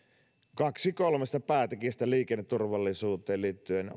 kaksi kolmesta päätekijästä liikenneturvallisuuteen liittyen